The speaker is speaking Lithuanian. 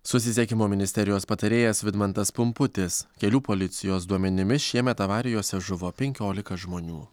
susisiekimo ministerijos patarėjas vidmantas pumputis kelių policijos duomenimis šiemet avarijose žuvo penkiolika žmonių